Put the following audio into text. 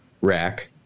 rack